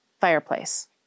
fireplace